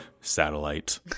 satellite